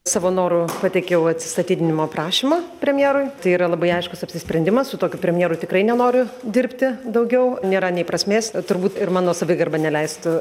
savo noru pateikiau atsistatydinimo prašymą premjerui tai yra labai aiškus apsisprendimas su tokiu premjeru tikrai nenoriu dirbti daugiau nėra nei prasmės turbūt ir mano savigarba neleistų